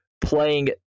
playing